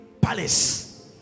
palace